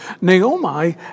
Naomi